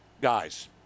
guys